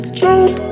jump